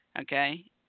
Okay